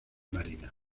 marina